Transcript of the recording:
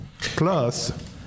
Plus